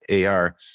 AR